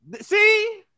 See